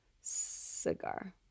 cigar